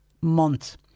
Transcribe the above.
month